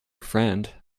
friend